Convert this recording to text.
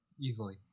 easily